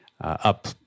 up